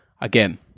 again